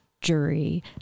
jury